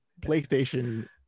PlayStation